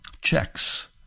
checks